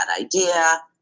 idea